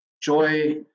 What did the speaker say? joy